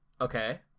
Okay